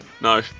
No